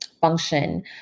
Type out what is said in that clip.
function